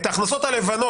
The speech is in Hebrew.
את ההכנסות הלבנות,